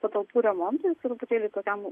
patalpų remontui truputėlį tokiam